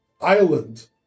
island